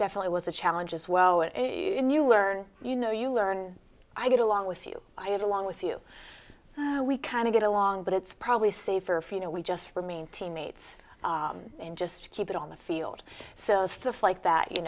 definitely was a challenge as well you learn you know you learn i get along with you i had along with you we kind of get along but it's probably safer for you know we just remain teammates and just keep it on the field so stiff like that you